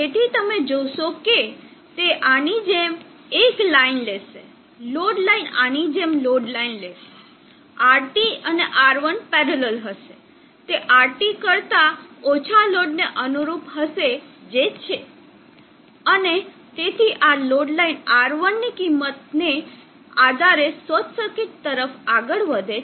તેથી તમે જોશો કે તે આની જેમ એક લાઈન લેશે લોડ લાઇન આની જેમ લોડ લાઇન લેશે RT અને R1 પેરેલલ હશે તે RT કરતા ઓછા લોડને અનુરૂપ હશે જે છે અને તેથી આ લોડ લાઇન R1 ની કિંમતને આધારે શોર્ટ સર્કિટ તરફ આગળ વધે છે